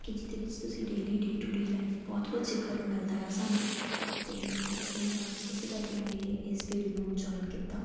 ਕਿ ਜਿਹਦੇ ਵਿੱਚ ਤੁਸੀਂ daily day to day life ਬਹੁਤ ਕੁੱਝ ਸਿੱਖਣ ਨੂੰ ਮਿਲਦਾ ਆ ਸਾਨੂੰ ਅਤੇ ਇਹ ਇਸੇ ਕਰਕੇ ਮੈਂ ਇਸ ਫੀਲਡ ਨੂੰ ਜੁਆਇਨ ਕੀਤਾ